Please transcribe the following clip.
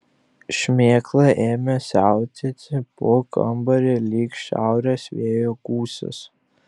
šmėkla ėmė siautėti po kambarį lyg šiaurės vėjo gūsis